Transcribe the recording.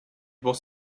was